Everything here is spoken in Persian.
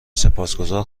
سپاسگذار